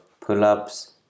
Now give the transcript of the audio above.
pull-ups